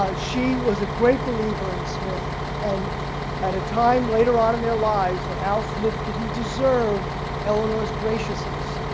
ah she was a great believer in smith and at a time later on in their lives when al smith didn't deserve eleanor's graciousness.